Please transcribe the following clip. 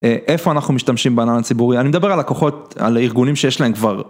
איפה אנחנו משתמשים בענן הציבורי, אני מדבר על הכוחות, על הארגונים שיש להם כבר.